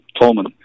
Tolman